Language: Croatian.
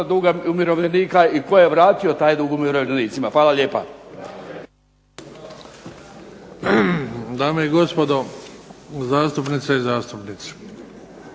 duga umirovljenika i tako je vratio taj dug umirovljenicima. Hvala lijepa. **Bebić, Luka (HDZ)** Dame i gospodo zastupnice i zastupnici.